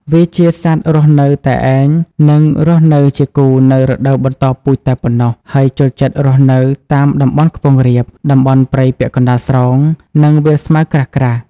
វាជាសត្វរស់នៅតែឯង និងរស់នៅជាគូនៅរដូវបន្តពូជតែប៉ុណ្ណោះ ហើយចូលចិត្តរស់នៅតាមតំបន់ខ្ពង់រាប តំបន់ព្រៃពាក់កណ្តាលស្រោង និងវាលស្មៅក្រាស់ៗ។